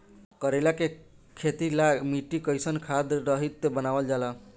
करेला के खेती ला मिट्टी कइसे खाद्य रहित बनावल जाई?